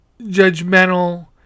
judgmental